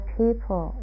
people